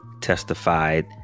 Testified